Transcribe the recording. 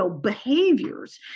behaviors